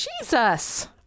jesus